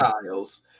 Styles